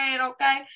Okay